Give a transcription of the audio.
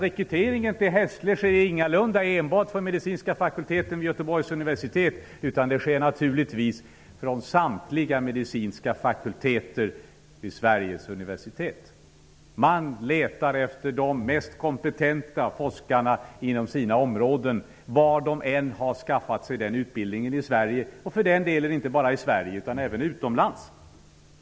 Rekryteringen till Hässle sker nämligen ingalunda enbart från Medicinska fakulteten vid Göteborgs universitet, utan den sker naturligtvis från samtliga medicinska fakulteter vid Sveriges universitet. Man letar efter de mest kompetenta forskarna inom respektive områden, var än i Sverige -- och för den delen inte bara i Sverige utan även utomlands -- de har skaffat sig den utbildningen.